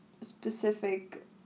specific